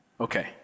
Okay